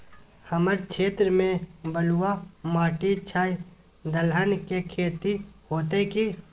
हमर क्षेत्र में बलुआ माटी छै, दलहन के खेती होतै कि?